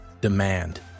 Demand